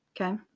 okay